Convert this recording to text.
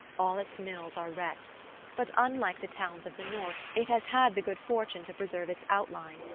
all its mills are wrecked but unlike the towns of the north it has had the good fortune to preserve its outline,